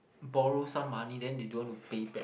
borrow some money then they don't want to pay back